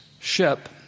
ship